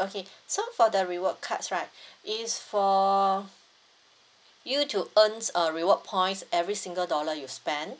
okay so for the reward cards right it's for you to earn uh reward points every single dollar you spend